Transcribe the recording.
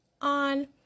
on